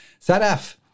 Sadaf